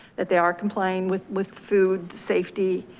that they are complying with with food safety,